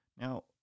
Now